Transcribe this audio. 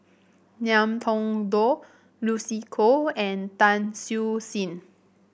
Ngiam Tong Dow Lucy Koh and Tan Siew Sin